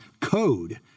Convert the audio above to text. code